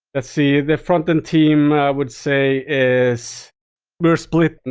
ah see. the front and team i would say is we're split. and